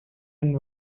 and